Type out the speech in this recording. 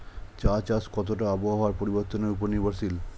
চা চাষ কতটা আবহাওয়ার পরিবর্তন উপর নির্ভরশীল?